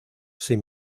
sin